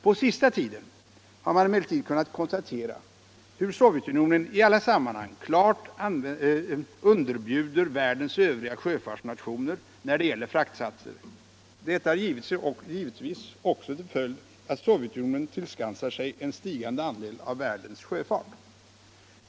På senaste tiden har man emellertid kunnat konstatera hur Sovjetunionen i alla sammanhang klart underbjuder världens övriga sjöfartsnationer när det gäller fraktsatser. Detta har givetvis också till följd att Sovjetunionen tillskansar sig en stigande andel av världens sjöfart.